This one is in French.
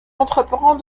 entreprend